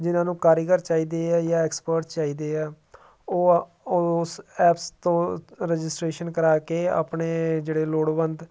ਜਿਹਨਾਂ ਨੂੰ ਕਾਰੀਗਰ ਚਾਹੀਦੀ ਹੈ ਜਾਂ ਐਕਸਪਰਟ ਚਾਹੀਦੇ ਆ ਉਹ ਉਸ ਐਪਸ ਤੋਂ ਰਜਿਸਟਰੇਸ਼ਨ ਕਰਾ ਕੇ ਆਪਣੇ ਜਿਹੜੇ ਲੋੜਵੰਦ